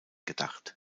gedacht